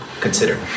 Consider